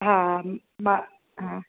हा मां हा